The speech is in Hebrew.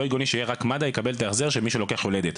לא הגיוני שרק מד"א יקבל את ההחזר של מי שלוקח יולדת.